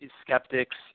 skeptics